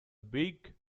big